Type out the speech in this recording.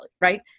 right